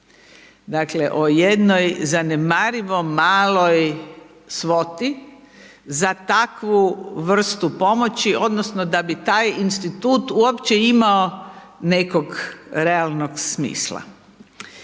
Dakle, o jednoj zanemarivo maloj svoti za takvu vrstu pomoći, onda, da bi taj institut uopće imao nekog realnog smisla.